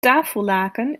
tafellaken